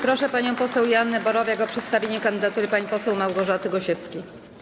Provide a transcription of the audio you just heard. Proszę panią poseł Joannę Borowiak o przedstawienie kandydatury pani poseł Małgorzaty Gosiewskiej.